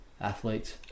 athletes